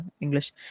English